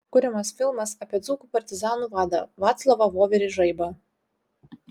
kuriamas filmas apie dzūkų partizanų vadą vaclovą voverį žaibą